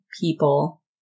people